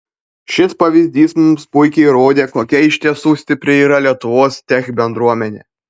šis pavyzdys mums puikiai įrodė kokia iš tiesų stipri yra lietuvos tech bendruomenė